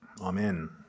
amen